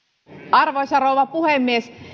arvoisa rouva puhemies